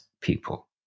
people